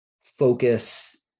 focus